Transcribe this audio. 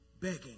begging